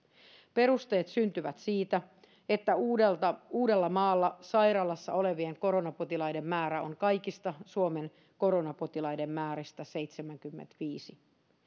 perusteet syntyvät siitä että uudellamaalla sairaalassa olevien koronapotilaiden määrä on kaikista suomen koronapotilaiden määristä seitsemänkymmentäviisi prosenttia